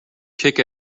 kick